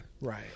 Right